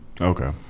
okay